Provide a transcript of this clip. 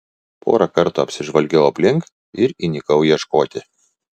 porą kartų apsižvalgiau aplink ir įnikau ieškoti